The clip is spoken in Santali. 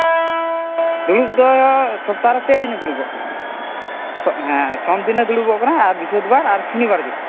ᱫᱩᱲᱩᱵ ᱫᱚ ᱥᱚᱯᱛᱟᱦᱚᱨᱮ ᱯᱮ ᱫᱤᱱᱮ ᱫᱩᱲᱩᱵᱚᱜ ᱠᱟᱱᱟ ᱦᱮᱸ ᱥᱚᱵᱽ ᱫᱤᱱᱮ ᱫᱩᱲᱩᱵᱚᱜ ᱠᱟᱱᱟ ᱵᱨᱤᱦᱚᱥᱯᱚᱛᱤᱵᱟᱨ ᱟᱨ ᱥᱚᱱᱤᱵᱟᱨ ᱫᱤᱱ